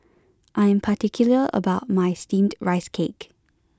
I am particular about my steamed rice cake